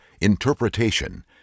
interpretation